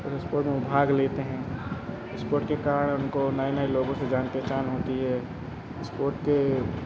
उस इस्पोट में भाग लेते हैं इस्पोट के कारण उनको नए नए लोगों से जान पहचान होती है इस्पोट के